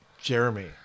Jeremy